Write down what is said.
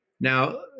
Now